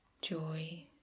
joy